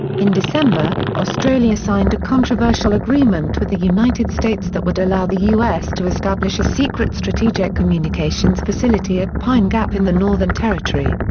in december, australia signed a controversial agreement with the united states that would allow the u s. to establish a secret strategic communications facility at pine gap in the northern territory.